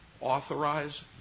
authorize